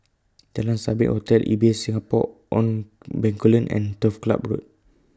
Jalan Sabit Hotel Ibis Singapore on Bencoolen and Turf Club Road